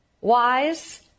wise